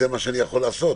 זה מה שאני יכול לעשות,